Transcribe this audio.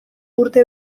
urte